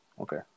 Okay